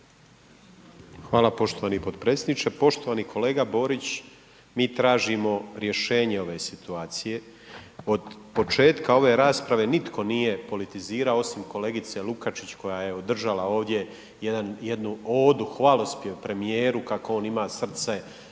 Hvala poštovani potpredsjedniče, poštovani kolega Borić, mi tražimo rješenje ove situacije. Od početka ove rasprave nitko nije politizirao osim kolegice Lukačić koja je održala ovdje jednu odu, hvalospjev premijer kako on ima srce